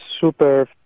super